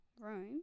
room